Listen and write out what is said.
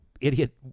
idiot